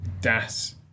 DAS